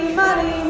money